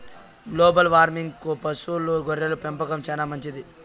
global వార్మింగ్కు పశువుల గొర్రెల పెంపకం చానా మంచిది